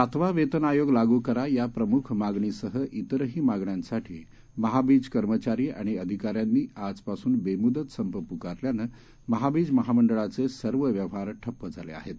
सातवावेतनआयोगलागूकरायाप्रमुखमागणीसह विरहीमागण्यांसाठीमहाबीजकर्मचारीआणिअधिकाऱ्यांनीआजपासूनबेमुदतसंपपुकार ल्यानंमहाबीजमहामंडळाचेसर्वव्यवहारठप्पझालेआहेत